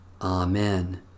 Amen